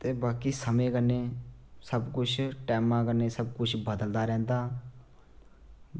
ते बाकी समें कन्नै सबकुछ टैमां कन्नै सबकुछ बदलदा रैहंदा